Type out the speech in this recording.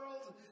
world